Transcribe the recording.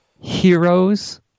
heroes